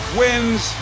wins